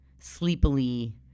sleepily